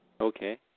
Okay